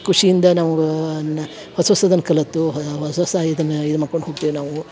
ಖುಷಿಯಿಂದ ನಮ್ಗ ನಾ ಹೊಸ ಹೊಸದನ ಕಲಿತು ಹೊಸ ಹೊಸ ಇದನ್ನ ಇದು ಮಾಕ್ಕೊಂಡು ಹೋಗ್ತಿವಿ ನಾವು